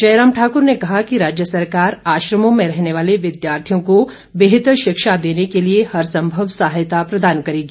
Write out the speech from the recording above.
जयराम ठाकुर ने कहा कि राज्य सरकार आश्रमों में रहने वाले विद्यार्थियों को बेहतर शिक्षा देने के लिए हरसंभव सहायता प्रदान करेगी